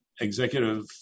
Executive